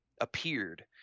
appeared